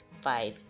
five